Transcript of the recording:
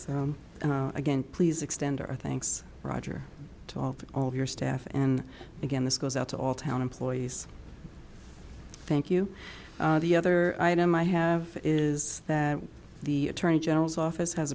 so again please extend our thanks roger to all for all of your staff and again this goes out to all town employees thank you the other item i have is that the attorney general's office has